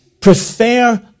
prefer